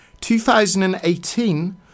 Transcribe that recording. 2018